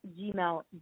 gmail